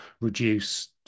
reduce